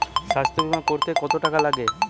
স্বাস্থ্যবীমা করতে কত টাকা লাগে?